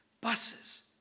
Buses